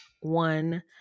one